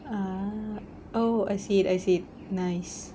ah oh I see it I see it nice